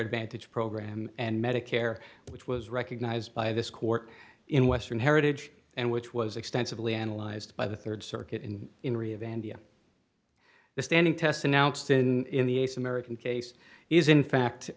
advantage program and medicare which was recognized by this court in western heritage and which was extensively analyzed by the rd circuit in in re of and via the standing tests announced in the ace american case is in fact